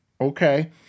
okay